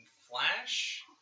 Flash